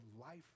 life